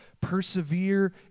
Persevere